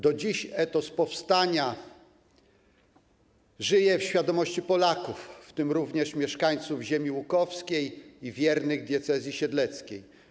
Do dziś etos powstania żyje w świadomości Polaków, w tym również mieszkańców ziemi łukowskiej i wiernych diecezji siedleckiej.